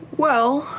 well.